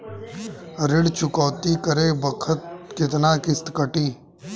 ऋण चुकौती करे बखत केतना किस्त कटी?